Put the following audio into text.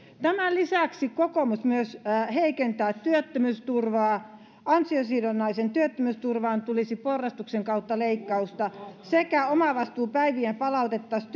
tämän lisäksi kokoomus myös heikentää työttömyysturvaa ansiosidonnaiseen työttömyysturvaan tulisi porrastuksen kautta leikkausta omavastuupäiviä palautettaisiin